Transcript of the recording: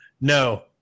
No